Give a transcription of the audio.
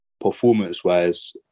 performance-wise